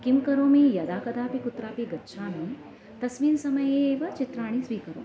किं करोमि यदा कदापि कुत्रापि गच्छामि तस्मिन् समये एव चित्राणि स्वीकरोमि